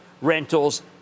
rentals